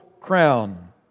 crown